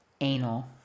Anal